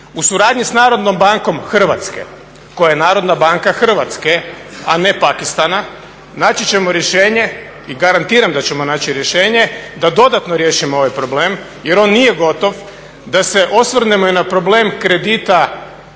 U suradnji s Narodnom bankom Hrvatske, koja je Narodna banke Hrvatske a ne Pakistana, naći ćemo rješenje i garantiram da ćemo naći rješenje da dodatno riješimo ovaj problem jer on nije gotov, da se osvrnemo i na problem kredita u eurima,